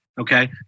Okay